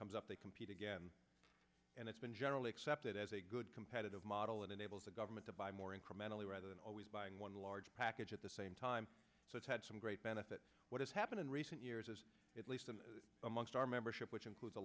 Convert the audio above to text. comes up they compete again and it's been generally accepted as a good competitive model that enables the government to buy more incrementally rather than always buying one large package at the same time so it's had some great benefit what has happened in recent years is at least amongst our membership which includes a